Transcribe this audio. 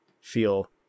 feel